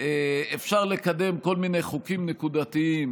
אפשר לקדם כל מיני חוקים נקודתיים,